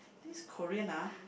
this Korean ah